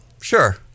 Sure